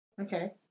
okay